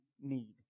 need